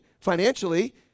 financially